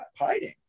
hiding